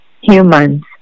humans